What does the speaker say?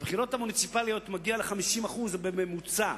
בבחירות המוניציפליות מגיע ל-50% בממוצע,